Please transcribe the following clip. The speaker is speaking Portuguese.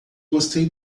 gostei